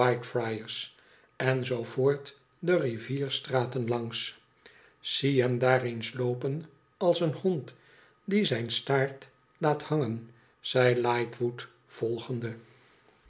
en zoo voort de rivierstraten langs f zie hem daar eens loopen als een hond die zijn staart laat hangen zei lightwood volgende